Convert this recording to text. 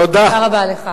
תודה רבה לך.